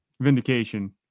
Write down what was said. vindication